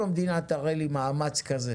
אם המדינה תראה לי מאמץ כזה